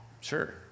sure